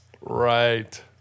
Right